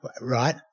right